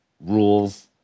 rules